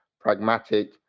pragmatic